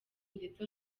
ndetse